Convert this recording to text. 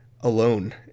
Alone